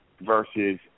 versus